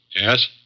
Yes